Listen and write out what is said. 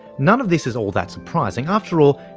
none of this is all that surprising. after all,